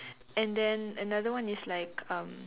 and then another one is like um